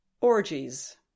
Orgies